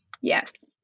Yes